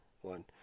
one